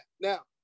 Now